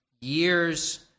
years